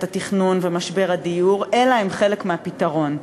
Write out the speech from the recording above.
התכנון ומשבר הדיור אלא הן חלק מהפתרון.